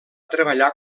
treballar